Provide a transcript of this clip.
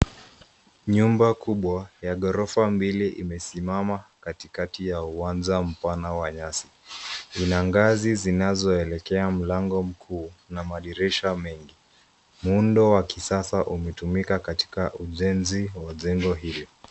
Nyumba kubwa ya ghorofa mbili imesimama katikati ya uwanja mpana wa nyasi. Una ngazi zinazoelekea mlango mkuu na madirisha mengi. Muundo wa kisasa umetumika katika ujenzi wa jengo hili.